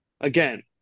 again